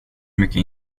mycket